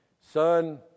son